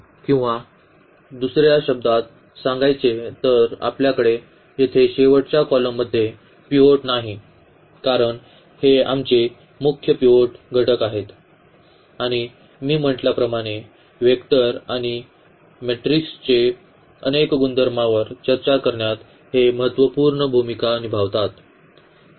किंवा दुसऱ्या शब्दांत सांगायचे तर आपल्याकडे येथे शेवटच्या कॉलममध्ये पिवोट नाही कारण हे आमचे मुख्य पिवोट घटक काय आहेत आणि मी म्हटल्याप्रमाणे वेक्टर आणि मॅट्रेसेसच्या अनेक गुणधर्मांवर चर्चा करण्यात ते महत्त्वपूर्ण भूमिका निभावतात